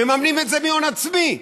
הם מממנים את זה מהון עצמי,